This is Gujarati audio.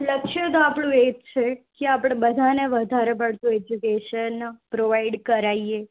લક્ષ્ય તો આપણું એ જ છે કે આપણે બધાને વધારે પડતું એજ્યુકેશન પ્રોવાઈડ કરાવીએ